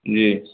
جی